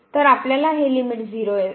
तर आपल्याला हे लिमिट 0 असेल